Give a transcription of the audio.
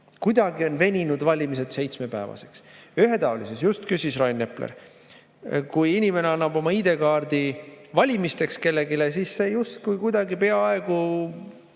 Kuidagi on veninud valimised seitsmepäevaseks. Ühetaolisus – just küsis Rain Epler. Kui inimene annab oma ID-kaardi valimisteks kellelegi, siis see justkui kuidagi peaaegu